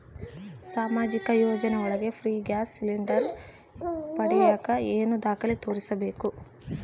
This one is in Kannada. ಸಾಮಾಜಿಕ ಯೋಜನೆ ಒಳಗ ಫ್ರೇ ಗ್ಯಾಸ್ ಸಿಲಿಂಡರ್ ಪಡಿಯಾಕ ಏನು ದಾಖಲೆ ತೋರಿಸ್ಬೇಕು?